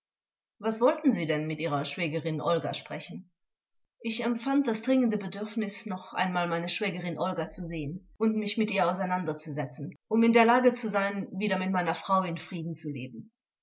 was wollten sie denn mit ihrer schwägerin olga sprechen angekl ich empfand das dringende bedürfnis noch einmal meine schwägerin olga zu sehen und mich mit ihr auseinanderzusetzen um in der lage zu sein wieder mit meiner frau in frieden zu leben